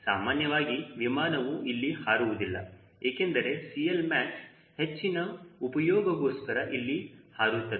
ಸಾಮಾನ್ಯವಾಗಿ ವಿಮಾನವು ಇಲ್ಲಿ ಹಾರುವುದಿಲ್ಲ ಏಕೆಂದರೆ CLmax ಹೆಚ್ಚಿನ ಉಪಯೋಗಗೋಸ್ಕರ ಇಲ್ಲಿ ಹಾರುತ್ತದೆ